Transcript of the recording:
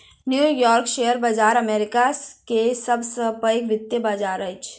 new York share बाजार America के सब से पैघ वित्तीय बाजार अछि